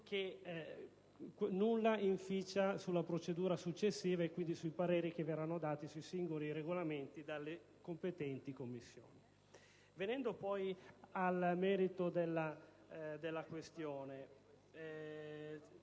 alcunché in merito alla procedura successiva, e quindi ai pareri che verranno dati sui singoli regolamenti dalle competenti Commissioni. Venendo al merito della questione,